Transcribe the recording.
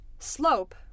Slope